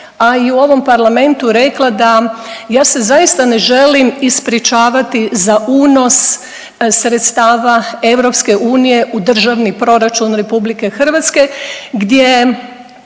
a i u ovom parlamentu rekla da ja se zaista ne želim ispričavati za unos sredstava EU u Državni proračun RH gdje